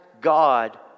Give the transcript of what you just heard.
God